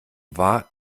war